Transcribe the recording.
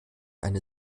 eine